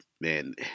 Man